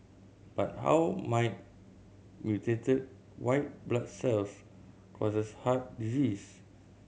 but how might mutated white blood cells causes heart disease